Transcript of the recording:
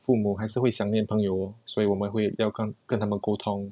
父母还是会想念朋友所以我们会要看跟他们沟通